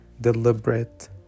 deliberate